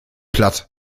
platt